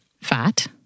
fat